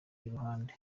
iruhande